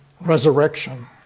resurrection